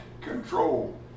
control